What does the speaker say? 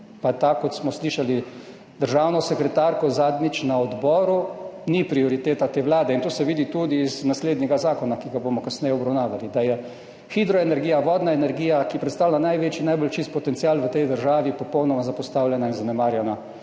Pa ta, kot smo slišali državno sekretarko zadnjič na odboru, ni prioriteta te vlade in to se vidi tudi iz naslednjega zakona, ki ga bomo kasneje obravnavali, da je hidroenergija, vodna energija, ki predstavlja največji, najbolj čist potencial v tej državi, popolnoma zapostavljena in zanemarjena